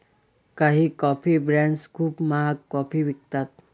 काही coffee brands खूप महाग कॉफी विकतात